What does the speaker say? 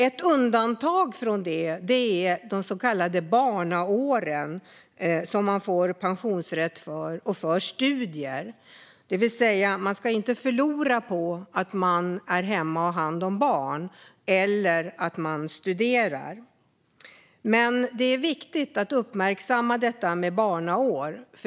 Ett undantag från det är de så kallade barnaåren, som man får pensionsrätt för, och studier. Man ska alltså inte förlora på att vara hemma och ta hand om barn eller på att studera. Det är viktigt att uppmärksamma detta med barnaår.